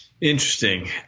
Interesting